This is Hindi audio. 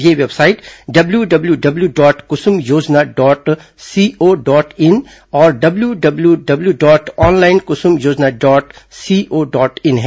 ये website W W W dot Kusum Yojana dot CO dot in और W W W dot online Kusum Yojana dot CO dot in हैं